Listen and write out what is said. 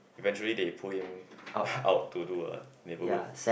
eventually they pull him out to do a neighbourhood